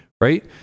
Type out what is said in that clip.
right